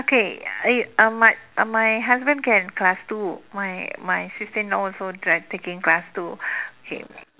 okay uh my uh my husband can class two my my sister in law also drive taking class two okay